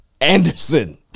Anderson